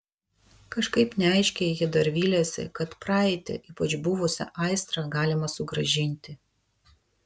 kažkaip neaiškiai ji dar vylėsi kad praeitį ypač buvusią aistrą galima sugrąžinti